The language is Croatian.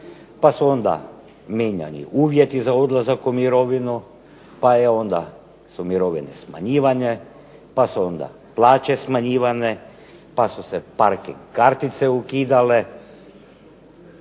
pa su onda mijenjani uvjeti za odlazak u mirovinu, pa su onda mirovine smanjivane, pa su onda plaće smanjivane, pa su se parking kartice ukidale